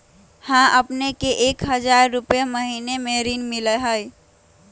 हां अपने के एक हजार रु महीने में ऋण मिलहई?